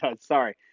Sorry